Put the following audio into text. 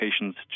patients